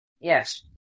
Yes